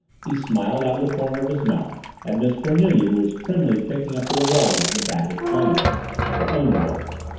he smiled out of the corner of his mouth at miss cornelia who was primly picking up the revolver that the bat had flung at her her own revolver.